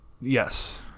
Yes